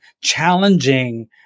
challenging